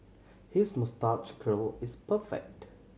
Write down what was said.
his moustache curl is perfect